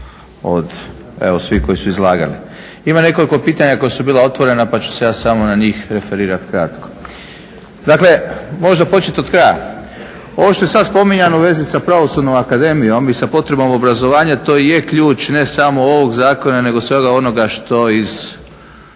od svih koji su izlagali. Ima nekoliko pitanja koja su bila otvorena pa ću se ja samo na njih referirat kratko, dakle možda počet od kraja. Ovo što je sad spominjano u vezi sa Pravosudnom akademijom i sa potrebom obrazovanja to je ključ ne samo ovog zakona nego svega onoga što iz